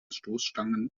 stoßstangen